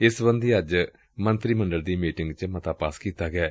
ਇਸ ਸਬੰਧੀ ਅੱਜ ਮੰਤਰੀ ਮੰਡਲ ਦੀ ਮੀਟਿੰਗ ਚ ਇਕ ਮਤਾ ਪਾਸ ਕੀਤਾ ਗਿਐ